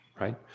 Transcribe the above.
right